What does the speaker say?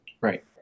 Right